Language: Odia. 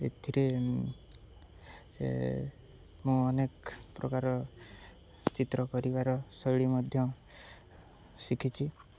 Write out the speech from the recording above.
ଏଥିରେ ସେ ମୁଁ ଅନେକ ପ୍ରକାର ଚିତ୍ର କରିବାର ଶୈଳୀ ମଧ୍ୟ ଶିଖିଛି